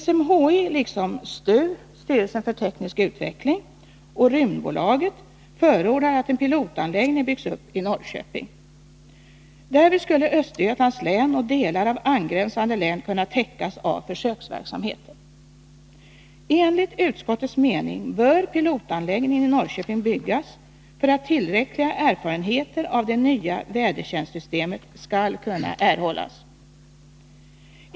SMHI liksom STU, styrelsen för teknisk utveckling, och Rymdbolaget förordar att en pilotanläggning byggs upp i Norrköping. Därvid skulle Östergötlands län och delar av angränsande län kunna täckas av försöksverksamheten. Enligt utskottets mening bör pilotanläggningen i Norrköping byggas för att tillräckliga erfarenheter av det nya vädertjänstsystemet skall kunna erhållas.